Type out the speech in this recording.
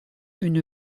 une